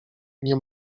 nie